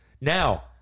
now